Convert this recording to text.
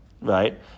right